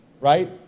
Right